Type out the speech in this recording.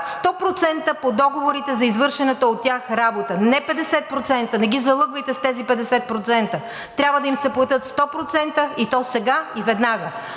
100% по договорите за извършената от тях работа, не 50%, не ги залъгвайте с тези 50%. Трябва да им се платят 100%, и то сега, и веднага.